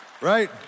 Right